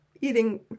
Eating